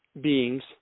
beings